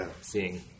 seeing –